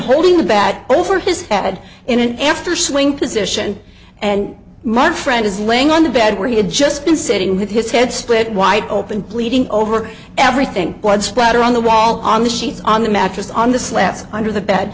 holding the bag over his head in an after swing position and my friend is laying on the bed where he had just been sitting with his head split wide open bleeding over everything blood splatter on the wall on the sheets on the mattress on the